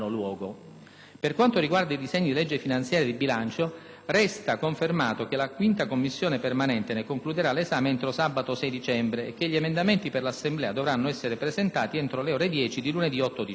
Per quanto riguarda i disegni di legge finanziaria e di bilancio, resta confermato che la 5a Commissione permanente ne concluderà 1'esame entro sabato 6 dicembre e che gli emendamenti per l'Assemblea dovranno essere presentati entro le ore 10 di lunedì 8 dicembre.